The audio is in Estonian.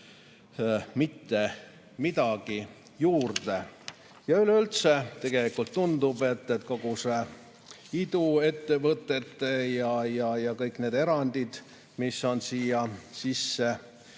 mitte midagi juurde. Üleüldse tegelikult tundub, et kogu see iduettevõtlus ja kõik need erandid, mis on siia sisse